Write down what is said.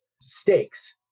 stakes